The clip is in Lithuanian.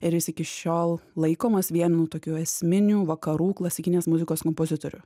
ir jis iki šiol laikomas vienu tokių esminių vakarų klasikinės muzikos kompozitorių